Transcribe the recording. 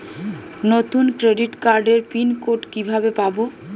নতুন ক্রেডিট কার্ডের pin code কিভাবে পাব?